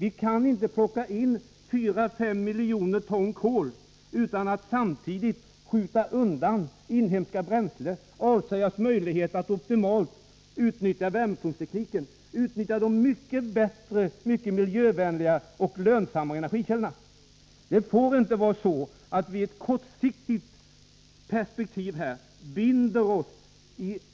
Vi kan inte plocka in 4-5 miljoner ton kol, utan att samtidigt skjuta undan inhemska bränslen och avsäga oss möjligheten att optimalt utnyttja värmepumpstekniken och de mycket bättre och betydligt miljövänligare och lönsammare energikällorna. Vi får inte i ett kortsiktigt perspektiv satsa pengar på